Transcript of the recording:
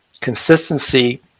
consistency